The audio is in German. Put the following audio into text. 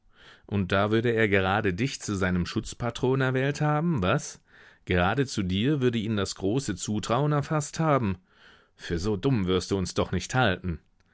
und da würde er gerade dich zu seinem schutzpatron erwählt haben was gerade zu dir würde ihn das große zutrauen erfaßt haben für so dumm wirst du uns doch nicht halten